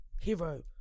hero